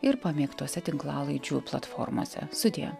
ir pamėgtose tinklalaidžių platformose sudie